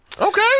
Okay